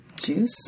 Juice